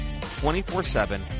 24-7